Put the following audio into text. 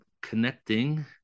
connecting